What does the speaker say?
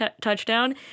touchdown